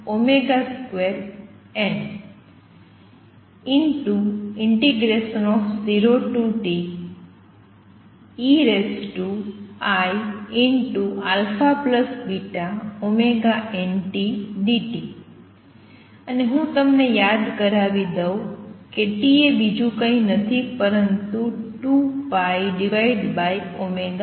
અને હું તમને યાદ કરવી દવ કે T એ બીજું કશું જ નથી પરંતુ 2πω છે